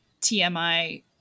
TMI